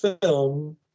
film